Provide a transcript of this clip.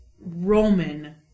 Roman